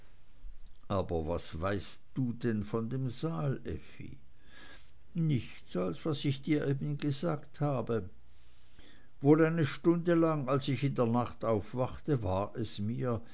aber was weißt du denn von dem saal effi nichts als was ich dir eben gesagt habe wohl eine stunde lang als ich in der nacht aufwachte war es mir